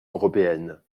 européenne